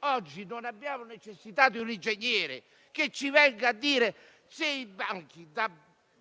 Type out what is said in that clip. oggi non abbiamo necessità di un ingegnere che ci venga a dire che, se i banchi